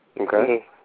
Okay